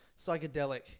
psychedelic